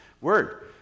word